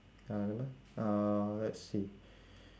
ah never mind uh let's see